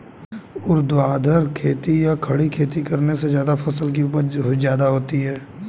ऊर्ध्वाधर खेती या खड़ी खेती करने से फसल की उपज ज्यादा होती है